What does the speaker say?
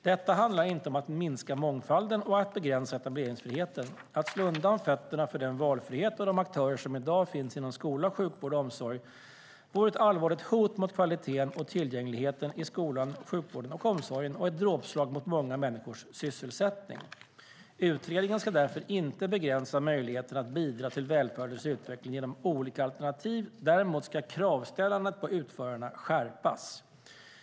Detta handlar inte om att minska mångfalden och att begränsa etableringsfriheten. Att slå undan fötterna för den valfrihet och de aktörer som i dag finns inom skola, sjukvård och omsorg vore ett allvarligt hot mot kvaliteten och tillgängligheten i skolan, sjukvården och omsorgen och ett dråpslag mot många människors sysselsättning. Utredningen ska därför inte begränsa möjligheten att bidra till välfärdens utveckling genom olika alternativ, däremot ska kravställandet på utförarna skärpas.